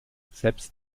selbst